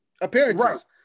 appearances